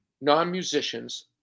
non-musicians